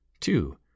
Two